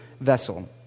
vessel